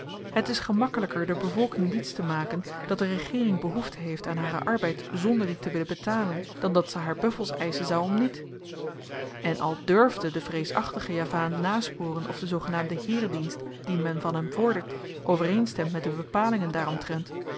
het is gemakkelyker de bevolking diets te maken dat de regeering behoefte heeft aan haren arbeid zonder dien te willen betalen dan dat ze haar buffels eischen zou om niet en al durfde de vreesachtige javaan nasporen of de zoogenaamde heeredienst dien men van hem vordert overeenstemt met de bepalingen daaromtrent